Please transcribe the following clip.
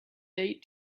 date